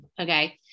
Okay